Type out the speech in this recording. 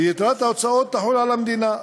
ויתרת ההוצאות תחול על המדינה,